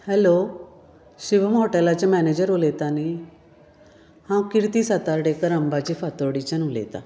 hello Shivam हाॅटेलाचे manager उलयतात न्ही हांव किर्ती सातार्डेकर अंबाजी फातोर्डेच्यान उलयतां